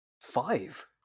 five